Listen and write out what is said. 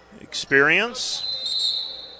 experience